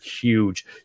huge